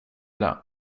det